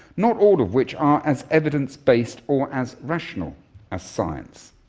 not all of which are as evidence-based or as rational as science.